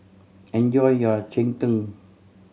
enjoy your cheng tng